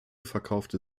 verkaufte